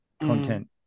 Content